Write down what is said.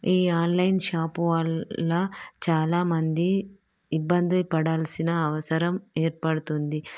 ఈ online shop వల్ల చాలా మంది ఇబ్బంది పడాల్సిన అవసరం ఏర్పడుతుంది